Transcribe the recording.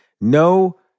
No